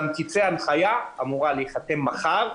גם תצא הנחייה שאמורה להיחתם מחר,